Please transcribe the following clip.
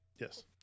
Yes